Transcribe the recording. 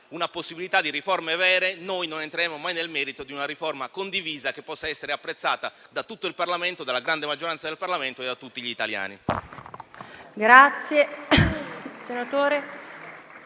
una possibilità di attuare riforme vere, non entreremo mai nel merito di una riforma condivisa che possa essere apprezzata dalla grande maggioranza del Parlamento e da tutti gli italiani.